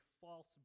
false